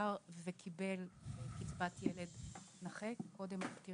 נפטר וקיבל קצבת ילד נכה קודם לכך.